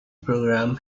program